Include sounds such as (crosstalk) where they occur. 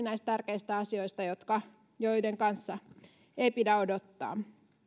(unintelligible) näistä tärkeistä asioista joiden kanssa ei pidä odottaa